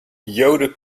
joden